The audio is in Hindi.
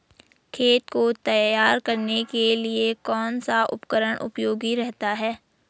खेत को तैयार करने के लिए कौन सा उपकरण उपयोगी रहता है?